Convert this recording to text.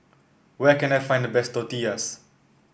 where can I find the best Tortillas